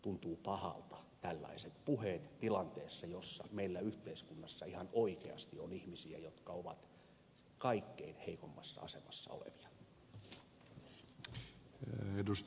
tuntuvat pahalta tällaiset puheet tilanteessa jossa meillä yhteiskunnassa ihan oikeasti on ihmisiä jotka ovat kaikkein heikoimmassa asemassa olevia